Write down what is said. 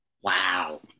Wow